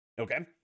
Okay